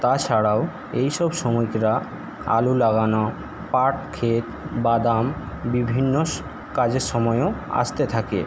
তাছাড়াও এইসব শ্রমিকরা আলু লাগানো পাট ক্ষেত বাদাম বিভিন্ন কাজের সময়েও আসতে থাকে